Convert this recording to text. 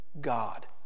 God